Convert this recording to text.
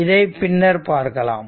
இதனைப் பின்னர் பார்க்கலாம்